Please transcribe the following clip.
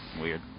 Weird